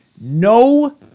no